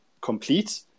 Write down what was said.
complete